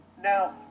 Now